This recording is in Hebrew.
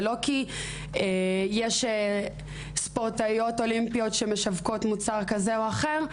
ולא בגלל שיש ספורטאיות אולימפיות שמשווקות מוצר כזה או אחר,